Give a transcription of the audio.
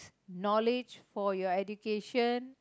knowledge for your education